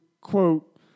quote